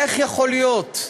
איך יכול להיות?